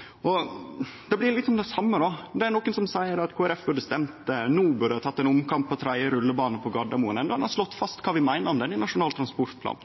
tydelegvis. Det blir litt av det same: Det er nokre som seier at Kristeleg Folkeparti no burde teke ein omkamp om ein tredje rullebane på Gardermoen, endå vi har slått fast kva vi meiner om den i Nasjonal transportplan.